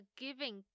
giving